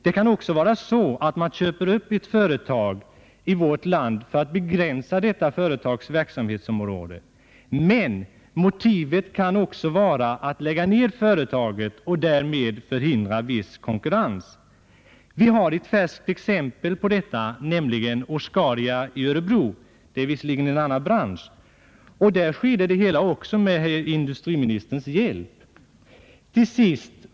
Det kan också vara så att man köper upp ett företag i vårt land för att begränsa detta företags verksamhetsområde. Motivet kan även vara att lägga ned företaget och därmed förhindra viss konkurrens. Vi har ett färskt exempel härpå, nämligen Oscaria i Örebro, som visserligen tillhör en annan bransch. Denna transaktion skedde också med industriministerns hjälp.